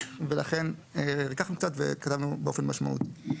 ולכן ריככנו קצת וכתבנו: "באופן משמעותי".